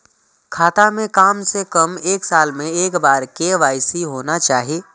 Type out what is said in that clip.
खाता में काम से कम एक साल में एक बार के.वाई.सी होना चाहि?